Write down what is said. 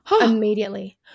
immediately